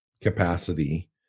capacity